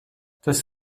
dass